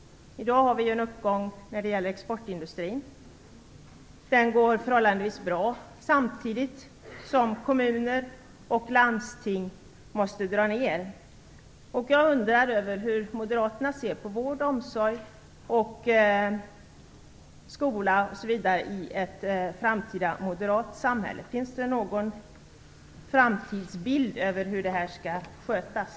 I dag har vi en uppgång för exportindustrin, den går förhållandevis bra, samtidigt som kommuner och landsting måste dra ned. Jag undrar hur moderaterna ser på vård, omsorg, skola osv. i ett framtida moderat samhälle. Finns det någon framtidsbild av hur det här skall skötas?